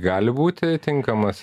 gali būti tinkamas